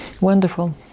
Wonderful